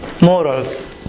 morals